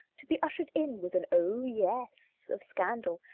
to be ushered in with an oh yes of scandal,